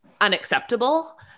unacceptable